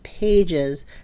pages